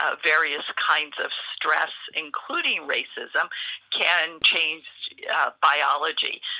ah various kinds of stress including racism can change yeah biology,